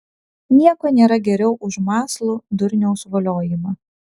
nieko nėra geriau už mąslų durniaus voliojimą